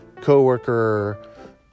coworker